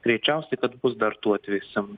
greičiausiai kad bus dar tų atvėsimų